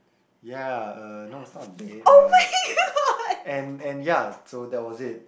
ya uh no it's not a date uh and and ya so that was it